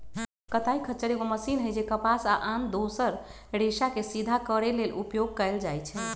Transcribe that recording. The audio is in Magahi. कताइ खच्चर एगो मशीन हइ जे कपास आ आन दोसर रेशाके सिधा करे लेल उपयोग कएल जाइछइ